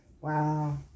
Wow